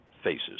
faces